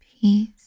peace